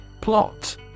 Plot